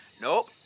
Nope